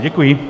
Děkuji.